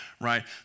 right